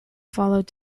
followed